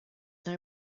now